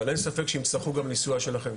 אבל אין ספק שיצטרכו גם לסיוע שלכם.